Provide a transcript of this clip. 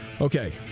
Okay